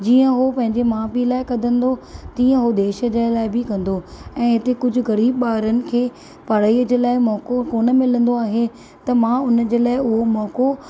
जीअं उहो पंहिंजे माउ पीउ लाइ कंदो तीअं हहो देश लाइ बि कंदो ऐं हिते कुझ ग़रीब ॿारनि खे पढ़ाईअ जे लाइ मौको कोन मिलंदो आहे त मां उन जे लाइ उहो मौको